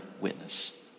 witness